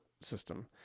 system